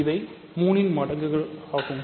இவை 3 இன் மடங்குகள் ஆகும்